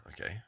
okay